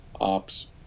ops